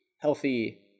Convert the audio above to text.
healthy